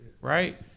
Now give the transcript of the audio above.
right